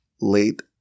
late